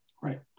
Right